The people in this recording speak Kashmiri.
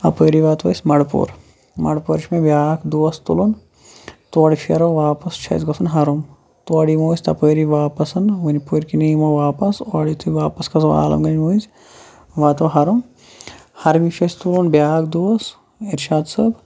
اَپٲری واتو أسۍ مَڈٕپوٗر مَڈٕپورِ چھُ مےٚ بیاکھ دوس تُلُن تورٕ پھیرو واپَس چھُ اسہِ گَژھُن ہَرُن تورٕ یمو أسۍ تَپٲری واپَسَن ؤنۍ پور کِنے یِمو واپس اورٕ یُتھے واپَس کھَسو عالم گَنٛج مٔنٛز واتو ہرم ہَرمہِ چھُ اسہِ تُلُن بیاکھ دوس اِرشاد صٲب